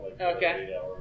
Okay